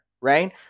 right